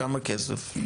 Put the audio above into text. כמה כסף?